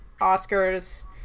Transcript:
Oscars